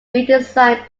redesigned